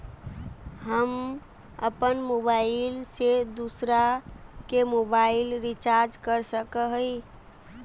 हम अपन मोबाईल से दूसरा के मोबाईल रिचार्ज कर सके हिये?